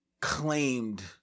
claimed